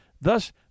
Thus